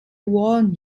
warn